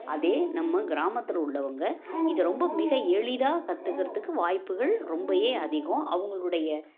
அதே நம்ம கிராமத்தில் உள்ளவங்க இதை ரொம்ப மிக எளிதாக கற்றுக்கிறதுக்கு வாய்ப்புகள் ரொம்ப அதிகம் அவங்களுடைய